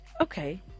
Okay